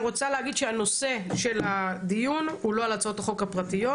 אני גם רוצה להגיד שהנושא של הדיון הוא לא על הצעות החוק הפרטיות,